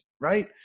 Right